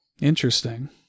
interesting